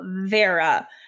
vera